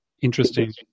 interesting